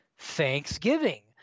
Thanksgiving